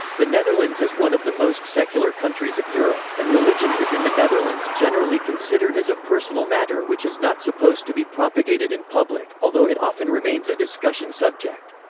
the netherlands is one of the most secular countries of europe, and religion is in the netherlands generally considered as a personal matter which is not supposed to be propagated in public, although it often remains a discussion subject.